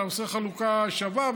אתה עושה חלוקה שווה,